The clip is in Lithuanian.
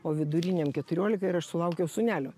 o viduriniam keturiolika ir aš sulaukiau sūnelio